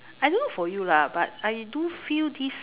I don't know for you lah but I do feel this